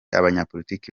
abanyapolitiki